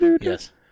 Yes